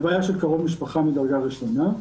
הלוויה של קרוב משפחה מדרגה ראשונה.